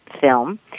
film